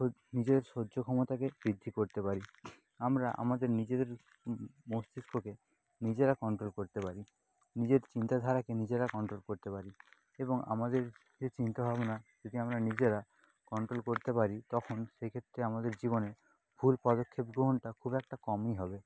ও নিজের সহ্য ক্ষমতাকে বৃদ্ধি করতে পারি আমরা আমাদের নিজেদের মস্তিষ্ককে নিজেরা কন্ট্রোল করতে পারি নিজের চিন্তাধারাকে নিজেরা কন্ট্রোল করতে পারি এবং আমাদের যে চিন্তাভাবনা যদি আমরা নিজেরা কন্ট্রোল করতে পারি তখন সেক্ষেত্রে আমাদের জীবনে ভুল পদক্ষেপ গ্রহণটা খুব একটা কমই হবে